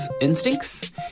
instincts